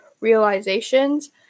realizations